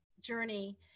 journey